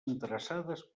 interessades